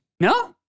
No